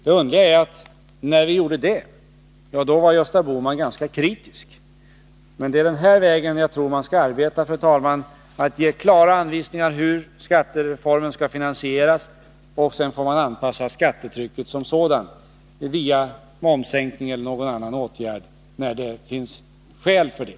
Det underliga är att när vi gjorde det var Gösta Bohman ganska kritisk. Men det är den vägen som jag tror att man skall arbeta. Man skall ge klara anvisningar om hur skattereformen skall finansieras, och sedan får man anpassa skattetrycket som sådant via momssänkning eller någon annan åtgärd när det finns skäl för det.